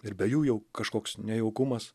ir be jų jau kažkoks nejaukumas